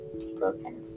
broken